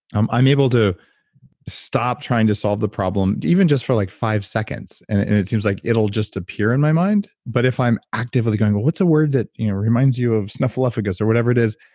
i'm i'm able to stop trying to solve the problem, even just for like five seconds. and it and it seems like it'll just appear in my mind but if i'm actively going, well, what's a word that you know, reminds you of snuffaluffagus or whatever it is,